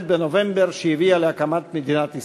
בנובמבר שהביאה להקמת מדינת ישראל.